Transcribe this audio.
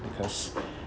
because